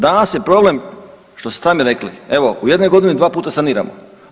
Danas je problem što ste sami rekli, evo u jednoj godini 2 puta saniramo.